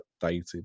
dated